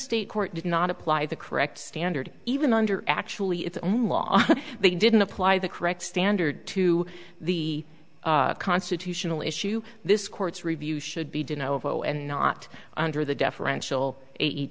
state court did not apply the correct standard even under actually its own law they didn't apply the correct standard to the constitutional issue this court's review should be dunno i'm not under the deferential